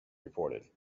reported